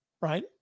right